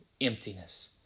emptiness